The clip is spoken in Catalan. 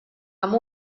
amb